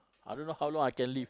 I don't how long I can live